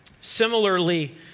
similarly